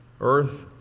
earth